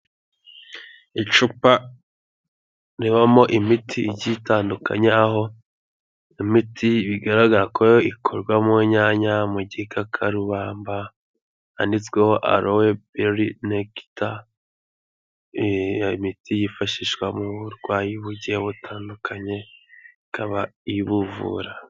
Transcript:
Icupa ribamo imiti igiye itandukanye aho imiti bigaragara ko ikorwa mu inyanya, mu gikakarubamba, handitsweho arowe beri negita, imiti yifashishwa mu burwayi bugiye butandukanye ikaba ibuvura.